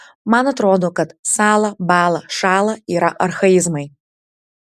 man atrodo kad sąla bąla šąla yra archaizmai